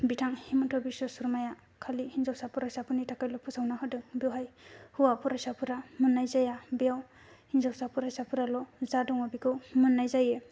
बिथां हिमन्त' बि'श्व सर्माया खालि हिन्जावसा फरायसाफोरनि थाखायल' फोसावनानै होदों बेयावहाय हौवा फरायसाफोरा मोननाय जाया बेयाव हिन्जावसा फरायसाफोराल' जा दङ बेखौ मोननाय जायो